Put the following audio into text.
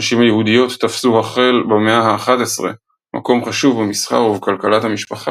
הנשים היהודיות תפשו החל במאה ה-11 מקום חשוב במסחר ובכלכלת המשפחה,